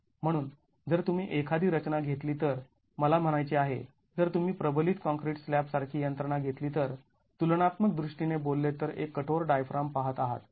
म्हणून जर तुम्ही एखादी रचना घेतली तर मला म्हणायचे आहे जर तुम्ही प्रबलित काँक्रीट स्लॅब सारखी यंत्रणा घेतली तर तुलनात्मक दृष्टीने बोलले तर एक कठोर डायफ्राम पाहत आहात